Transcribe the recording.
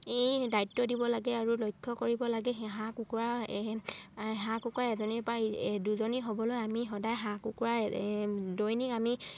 এই দায়িত্ব দিব লাগে আৰু লক্ষ্য কৰিব লাগে হাঁহ কুকুৰা হাঁহ কুকুৰা এজনীৰ পৰা দুজনী হ'বলৈ আমি সদায় হাঁহ কুকুৰা দৈনিক আমি